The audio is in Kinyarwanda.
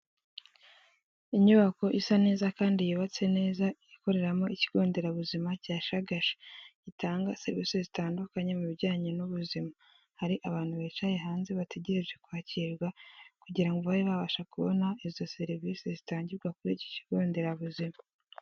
Inyubako isa neza kandi yubatse neza, ikoreramo ikigo nderabuzima cyashagasha, gitanga serivisi zitandukanye mu bijyanye n'ubuzima. Hari abantu bicaye hanze bategereje kwakirwa kugira ngo babe babasha kubona izo serivisi zitangirwa kuri iki kigo nderabuzima.